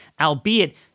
albeit